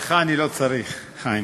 את שלך אני לא צריך, חיים.